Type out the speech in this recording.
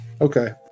okay